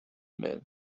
man